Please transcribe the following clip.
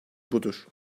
budur